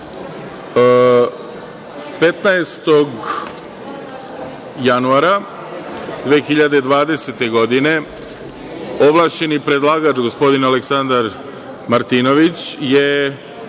15. januara 2020. godine ovlašćeni predlagač, gospodin Aleksandar Martinović, je